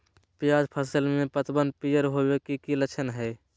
प्याज फसल में पतबन पियर होवे के की लक्षण हय?